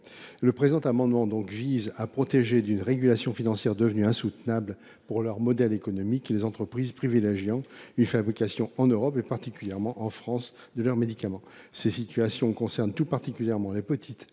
Le présent amendement vise à protéger d’une régulation financière devenue insoutenable pour leur modèle économique les entreprises privilégiant une fabrication en Europe, particulièrement en France, de leurs médicaments. Cette proposition concerne tout particulièrement les PME,